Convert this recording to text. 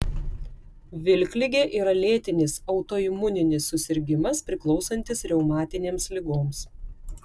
vilkligė yra lėtinis autoimuninis susirgimas priklausantis reumatinėms ligoms